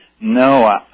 No